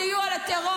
כולל הרשעה בסיוע לטרור.